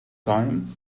time